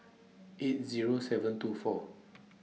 eight Zero seven two four